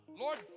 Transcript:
Lord